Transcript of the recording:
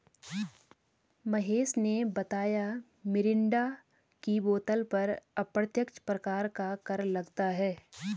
महेश ने बताया मिरिंडा की बोतल पर अप्रत्यक्ष प्रकार का कर लगता है